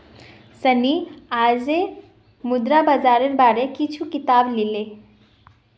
सन्नी आईज मुद्रा बाजारेर बार कुछू किताब ली ले